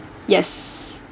yes